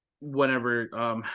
whenever